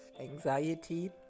anxiety